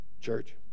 Church